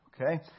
Okay